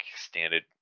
Standard